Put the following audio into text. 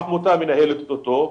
מנהלת אותו עמותה,